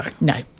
No